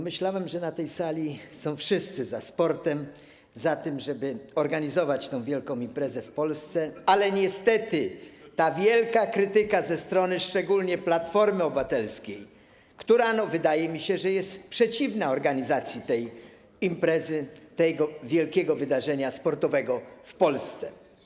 Myślałem, że na tej sali są wszyscy za sportem, za tym, żeby organizować tę wielką imprezę w Polsce, ale niestety jest ta wielka krytyka ze strony szczególnie Platformy Obywatelskiej, która wydaje mi się, że jest przeciwna organizacji tej imprezy, tego wielkiego wydarzenia sportowego w Polsce.